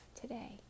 today